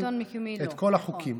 בשלטון המקומי, לא.